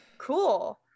cool